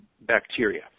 bacteria